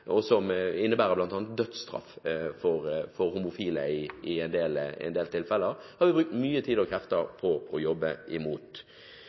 som bl.a. innebærer dødsstraff for homofile, og som vi i en del tilfeller har brukt mye tid og krefter på å jobbe imot.